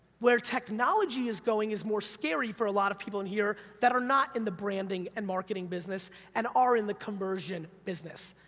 where technology is going is more scary for a lot of people in here, that are not in the branding and marketing business, and are in the conversion business.